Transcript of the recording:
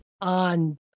on –